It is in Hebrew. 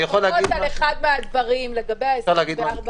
אז אגיד לך לפחות על אחד מהדברים, לגבי